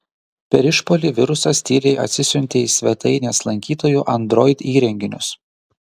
per išpuolį virusas tyliai atsisiuntė į svetainės lankytojų android įrenginius